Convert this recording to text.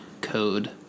code